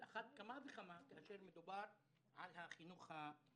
על אחת כמה וכמה כאשר מדובר על החינוך המיוחד.